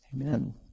Amen